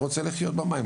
הוא רוצה לחיות במים,